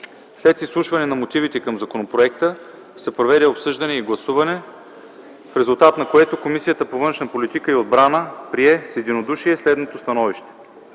След изслушването на мотивите към законопроекта се проведе обсъждане и гласуване, в резултат на което Комисията по външна политика и отбрана прие с единодушие следното становище: